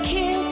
Kid